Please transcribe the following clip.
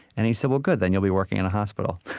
and he said, well, good. then you'll be working in a hospital.